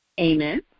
Amen